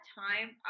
time